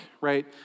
right